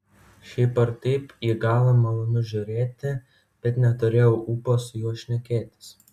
šiaip ar taip į galą malonu žiūrėti bet neturėjau ūpo su juo šnekėtis